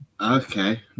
Okay